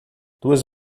duas